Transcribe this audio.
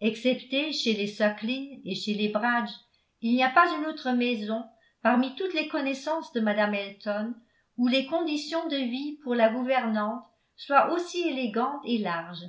excepté chez les sukling et chez les bragge il n'y a pas une autre maison parmi toutes les connaissances de mme elton où les conditions de vie pour la gouvernante soient aussi élégantes et larges